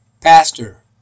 Pastor